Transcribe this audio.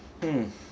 mm